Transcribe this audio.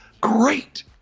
great